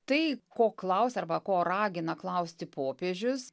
tai ko klausia arba ko ragina klausti popiežius